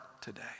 today